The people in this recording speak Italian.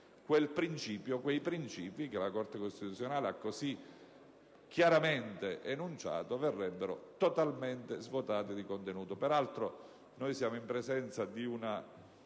quei principi che la Corte Costituzionale ha così chiaramente enunciato verrebbero totalmente svuotati di contenuto.